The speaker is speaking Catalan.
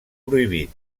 prohibit